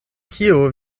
kio